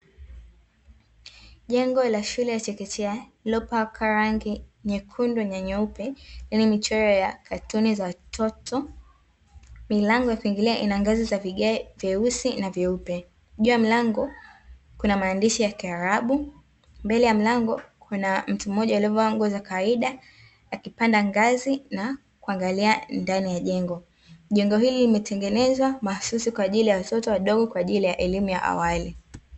Jengo la shule ya chekechea lililopakwa rangi nyekundu na nyeupe yenye michoro ya katuni za watoto. Milango ya kuingilia ina ngazi za vigae vyeusi na vyeupe. Juu ya mlango kuna maandishi ya kiarabu, mbele ya mlango kuna mtu mmoja aliyevaa nguo za kawaida akipanda ngazi na kuangalia ndani ya jengo. Jengo hili limetengenezwa mahususi kwa ajili ya watoto wadogo kwa ajili ya elimu ya awali.